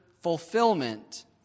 fulfillment